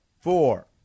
four